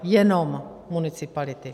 Jenom municipality.